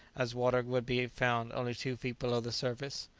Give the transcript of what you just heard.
as water would be found only two feet below the surface.